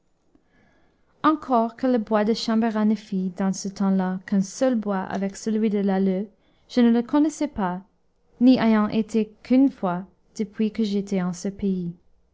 encore que le bois de chambérat ne fît dans ce temps-là qu'un seul bois avec celui de l'alleu je ne le connaissais pas n'y ayant été qu'une fois depuis que j'étais en ce pays